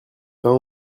pain